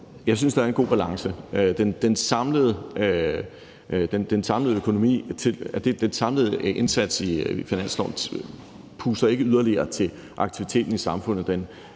Jeg synes, at der er en god balance. Den samlede indsats i forslaget til finanslov puster ikke yderligere til aktiviteten i samfundet.